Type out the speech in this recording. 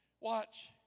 Watch